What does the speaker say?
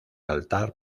altar